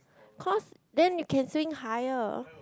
cause then you can swing higher